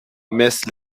mess